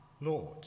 lord